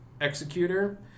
Executor